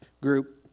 group